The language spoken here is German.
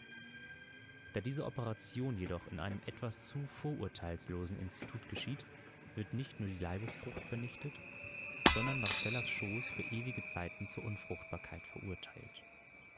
da diese operation jedoch in einem etwas zu vorurteilslosen institut geschieht wird nicht nur die leibesfrucht vernichtet sondern marcellas schoß für ewige zeiten zur unfruchtbarkeit verurteilt